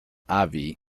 abbey